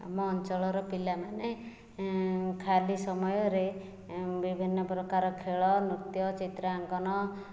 ଆମ ଅଞ୍ଚଳର ପିଲାମାନେ ଖାଲି ସମୟରେ ବିଭିନ୍ନ ପ୍ରକାର ଖେଳ ନୃତ୍ୟ ଚିତ୍ରାଙ୍କନ